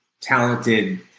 talented